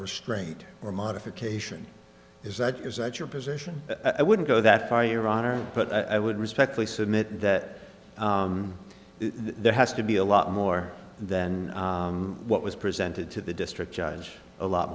restraint or modification is that is that your position i wouldn't go that far your honor but i would respectfully submit that there has to be a lot more than what was presented to the district judge a lot